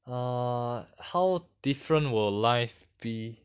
err how different will live be